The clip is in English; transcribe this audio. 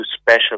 special